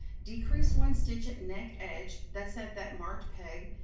decrease one stitch at neck edge, that's at that marked peg,